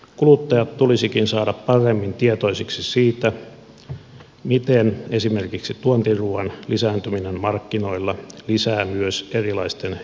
kuluttajat tulisikin saada paremmin tietoisiksi siitä miten esimerkiksi tuontiruuan lisääntyminen markkinoilla lisää myös erilaisten epidemioiden määrää